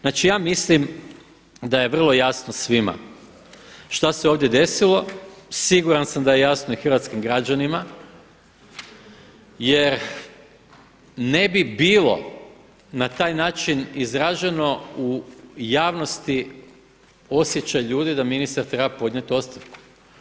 Znači ja mislim da je vrlo jasno svima šta se ovdje desilo, siguran sam da je jasno i hrvatskim građanima jer ne bi bilo, na taj način izraženo u javnosti osjećaj ljudi da ministar treba podnijeti ostavku.